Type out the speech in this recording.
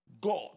God